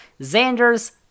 xander's